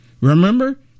Remember